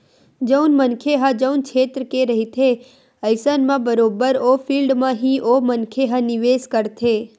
जउन मनखे ह जउन छेत्र के रहिथे अइसन म बरोबर ओ फील्ड म ही ओ मनखे ह निवेस करथे